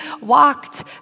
walked